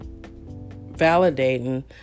validating